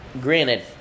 granted